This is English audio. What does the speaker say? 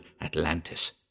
Atlantis